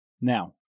Now